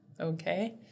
Okay